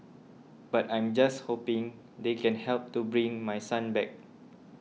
but I'm just hoping they can help to bring my son back